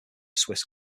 swiss